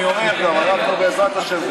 אני אומר, בעזרת השם,